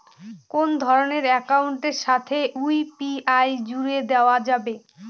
কোন ধরণের অ্যাকাউন্টের সাথে ইউ.পি.আই জুড়ে দেওয়া যাবে?